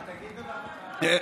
תגיד במרוקאית.